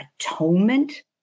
Atonement